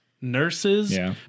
nurses